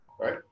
right